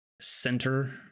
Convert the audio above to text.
center